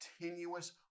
continuous